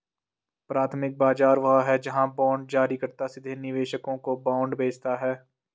प्राथमिक बाजार वह है जहां बांड जारीकर्ता सीधे निवेशकों को बांड बेचता है